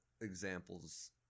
examples